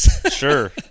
Sure